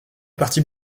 partie